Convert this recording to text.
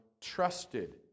trusted